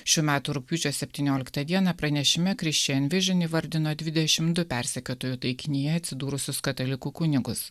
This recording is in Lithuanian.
šių metų rugpjūčio septynioliktą dieną pranešime vardino dvidešimtu persekiotojų taikinyje atsidūrusius katalikų kunigus